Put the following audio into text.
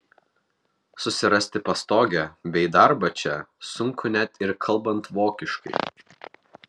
susirasti pastogę bei darbą čia sunku net ir kalbant vokiškai